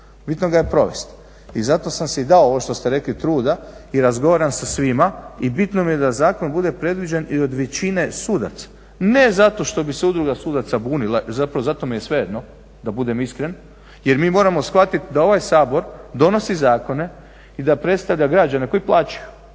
bitno ga je provesti i zato sam si i dao, ovo što ste rekli, truda i razgovaram sa svima i bitno mi je da zakon bude predviđen i od većine sudaca, ne zato što bi se udruga sudaca bunila, zapravo za to mi je svejedno, da budem iskren jer mi moramo shvatiti da ovaj Sabor donosi zakone i da predstavlja građane koji plaćaju.